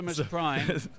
Prime